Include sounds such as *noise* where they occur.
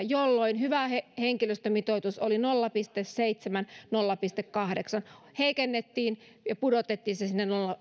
*unintelligible* jolloin hyvä henkilöstömitoitus oli nolla pilkku seitsemän viiva nolla pilkku kahdeksan mitä heikennettiin ja pudotettiin sinne